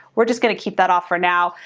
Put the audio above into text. we're just gonna keep that off for now.